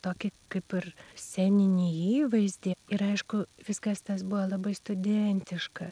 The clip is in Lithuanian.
tokį kaip ir sceninį įvaizdį ir aišku viskas tas buvo labai studentiška